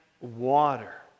water